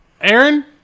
Aaron